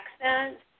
accent